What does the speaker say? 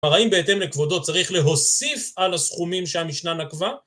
כלומר האם בהתאם לכבודו צריך להוסיף על הסכומים שהמשנה נקבה?